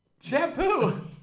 Shampoo